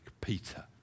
Peter